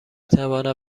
توانم